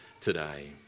today